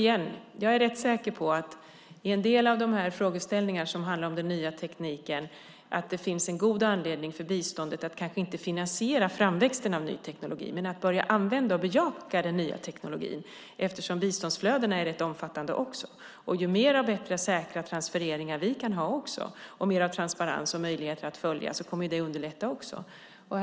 Även om man kanske inte ska finansiera framväxten av ny teknik är jag rätt säker på att det finns en god anledning för biståndet att börja använda och bejaka den nya tekniken eftersom biståndsflödena också är rätt omfattande. Det kommer också att underlätta om vi kan ha bättre och säkrare transfereringar med mer transparens och bättre möjligheter att följa dem.